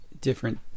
different